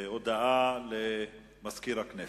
הודעה למזכיר הכנסת.